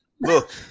look